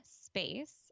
space